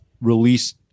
release